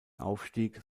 aufstieg